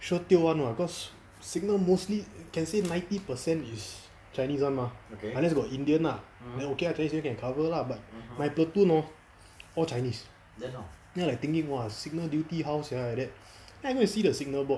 sure tio [one] [what] cause signal mostly can say ninety percent is chinese [one] mah unless got indian ah then okay ah chinese new year can cover lah but my platoon hor all chinese then I like thinking !wah! signal duty how sia like that then I go see the signal board